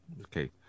Okay